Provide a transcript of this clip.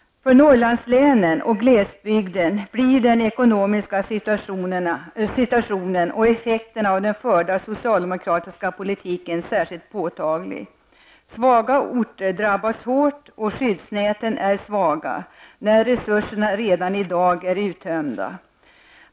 För Norrlandslänen och glesbygden blir den ekonomiska situationen och effekterna av den förda socialdemokratiska politiken särskilt påtaglig. Svaga orter drabbas hårt, och skyddsnäten är svaga när resurserna redan i dag är uttömda.